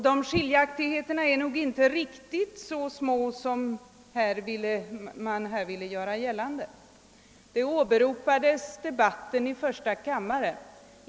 De skiljaktigheterna är nog inte riktigt så små som man vill göra gällande. Här åberopades debatten i första kammaren.